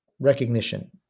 recognition